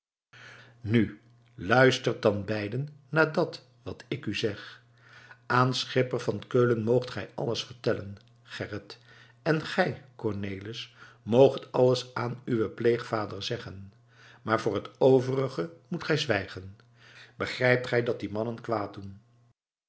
nu luistert dan beiden naar dat wat ik u zeg aan schipper van keulen moogt gij alles vertellen gerrit en gij cornelis moogt alles aan uwen pleegvader zeggen maar voor het overige moet gij zwijgen begrijpt gij dat die mannen kwaad doen